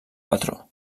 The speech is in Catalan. patró